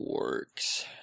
works